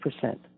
percent